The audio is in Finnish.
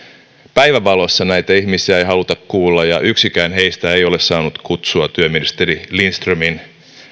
päivänvalossa näitä ihmisiä ei haluta kuulla ja yksikään heistä ei ole saanut kutsua työministeri lindströmin